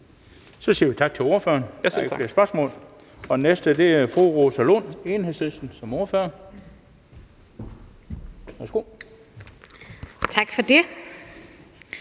Så siger vi tak til ordføreren. Der er ikke flere spørgsmål. Og den næste er fru Rosa Lund som ordfører for